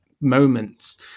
moments